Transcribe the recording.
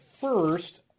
first